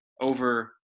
over